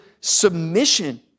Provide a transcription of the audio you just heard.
submission